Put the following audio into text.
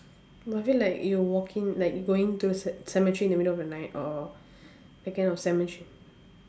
but I feel like you walking like you going to ce~ cemetery in the middle of the night or that kind of cemetery